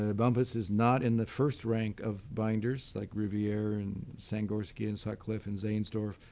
ah bumpus is not in the first rank of binders, like riviere, and sangorski, and sutcliffe, and zaehnsdorf,